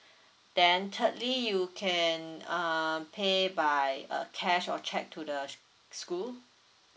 then thirdly you can uh pay by uh cash or cheque to the school